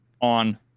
on